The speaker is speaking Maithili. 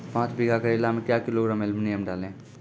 पाँच बीघा करेला मे क्या किलोग्राम एलमुनियम डालें?